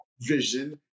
vision